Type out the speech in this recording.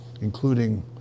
including